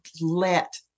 let